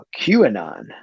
QAnon